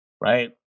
Right